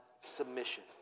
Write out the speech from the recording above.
submission